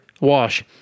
Wash